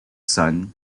son